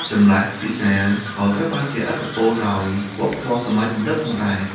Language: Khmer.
ចម្លាស់ភាសាក៏ត្រូវបានជះឥទ្ធិពលដោយវប្បធម៌សម័យទំនើបផងដែរ។